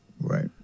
Right